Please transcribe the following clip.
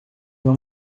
uma